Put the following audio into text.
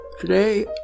Today